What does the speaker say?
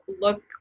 look